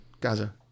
Gaza